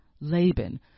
Laban